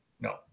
No